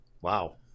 wow